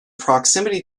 proximity